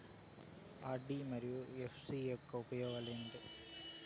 RD మరియు FD యొక్క ఉపయోగాలు ఏమి?